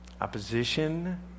opposition